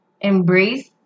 embrace